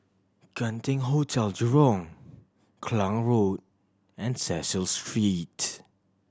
Genting Hotel Jurong Klang Road and Cecil Street